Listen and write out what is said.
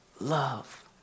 love